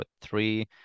Three